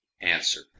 Answer